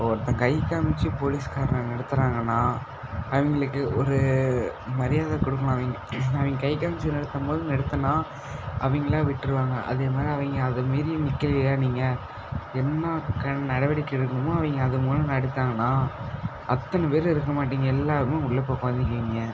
ஒருத்தன் கை காமித்து போலீஸ்காரன் நிறுத்துகிறாங்கன்னா அவங்களுக்கு ஒரு மரியாதை கொடுக்கணும் அவிங் அவங்க கை காமித்து நிறுத்தம்போது நிறுத்துனால் அவங்களா விட்டுருவாங்க அதே மாதிரி அவங்க அதை மீறி நிற்கலையா நீங்கள் என்ன கண் நடவடிக்கை எடுக்கணுமோ அவங்க அது மூலமாக எடுத்தாங்கன்னால் அத்தனைப் பேர் இருக்க மாட்டிங்க எல்லாேரும் உள்ளேப் போய் உக்காந்துக்குவீங்க